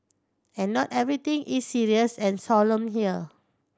and not everything is serious and solemn here